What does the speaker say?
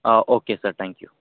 okay sir thank you